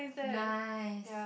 nice